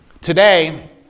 Today